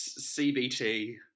cbt